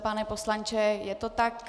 Pane poslanče, je to tak?